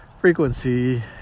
frequency